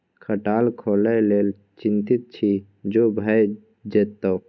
खटाल खोलय लेल चितिंत छी जो भए जेतौ